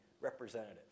representative